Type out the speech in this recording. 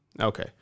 Okay